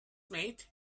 mate